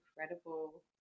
incredible